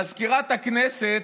מזכירת הכנסת